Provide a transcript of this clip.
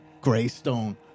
Greystone